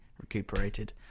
recuperated